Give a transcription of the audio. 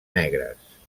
negres